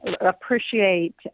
appreciate